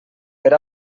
per